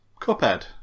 Cuphead